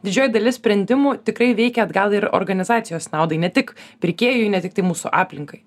didžioji dalis sprendimų tikrai veikia atgal ir organizacijos naudai ne tik pirkėjui ne tiktai mūsų aplinkai